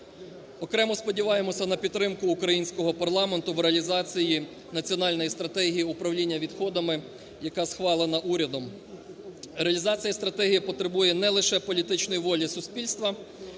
Окремо сподіваємось на підтримку українського парламенту в реалізації Національної стратегії управління відходами, яка схвалена урядом. Реалізація стратегії потребує не лише політичної волі суспільства,